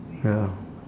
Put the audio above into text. ya